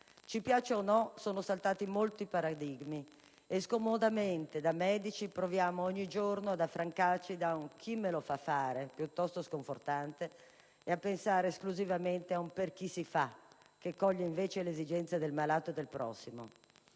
Ci piaccia o no molti paradigmi sono saltati e, scomodamele, da medici, proviamo ogni giorno ad affrancarci da un "chi me lo fa fare", piuttosto sconfortante e a pensare esclusivamente ad un "per chi si fa", che coglie invece l'esigenza del malato e del prossimo.